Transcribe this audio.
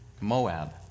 Moab